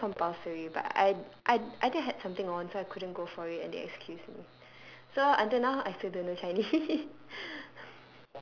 I think it was compulsory but I I I think I had something on so I couldn't go for it and they excused me so until now I still don't know chinese